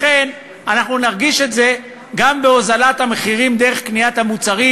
לכן אנחנו נרגיש את זה גם בהוזלת המחירים דרך קניית המוצרים,